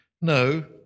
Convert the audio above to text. No